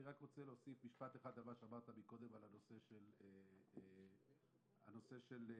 אני רק רוצה להוסיף משפט אחד על מה שאמרת קודם על נושא הפרה-רפואי.